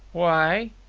why?